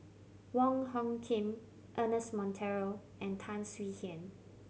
Wong Hung Khim Ernest Monteiro and Tan Swie Hian